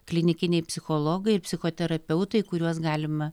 klinikiniai psichologai ir psichoterapeutai į kuriuos galima